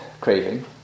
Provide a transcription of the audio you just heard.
craving